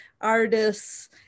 artists